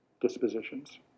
dispositions